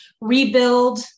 rebuild